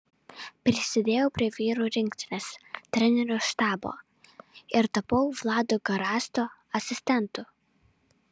prisidėjau prie vyrų rinktinės trenerių štabo ir tapau vlado garasto asistentu